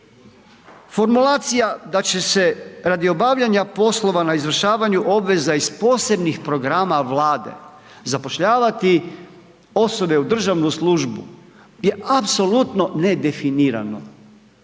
Formulacija da će se radi obavljanja poslova na izvršavanju obveza iz posebnih programa Vlade zapošljavati osobe u državnu službu je apsolutno nedefinirano.